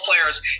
players